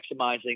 maximizing